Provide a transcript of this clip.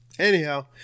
Anyhow